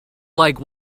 like